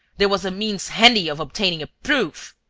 there was a means handy of obtaining a proof.